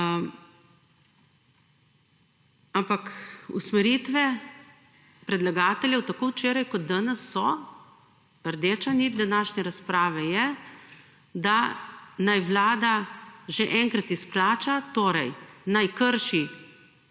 Ampak usmeritve predlagateljev, tako včeraj kot danes so, rdeča nit današnje razprave je, da naj vlada že enkrat izplača, torej naj krši